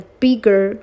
bigger